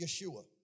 Yeshua